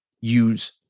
use